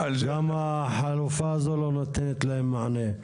גם החלופה הזו לא נותנת להם מענה.